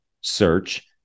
search